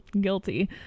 guilty